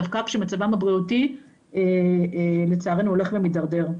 דווקא כשמצבם הבריאותי לצערנו הולך ומתדרדר.